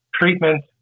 treatment